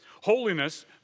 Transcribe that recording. Holiness